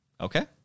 Okay